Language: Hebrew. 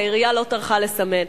כי העירייה לא טרחה לסמן.